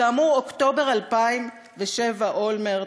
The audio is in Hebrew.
כאמור, אוקטובר 2007, אולמרט.